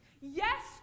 Yes